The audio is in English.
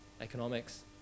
economics